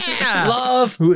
love